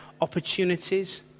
opportunities